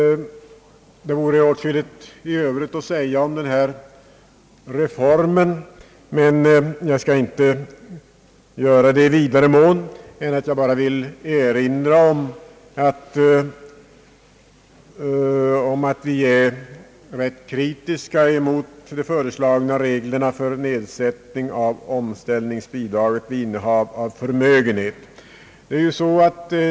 Det vore åtskilligt i övrigt att säga om denna reform, men jag skall inte göra det i vidare mån än att jag erinrar om att vi är rätt kritiska mot de föreslagna reglerna för nedsättning av omställningsbidraget vid innehav av förmögenhet.